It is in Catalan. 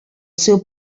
seu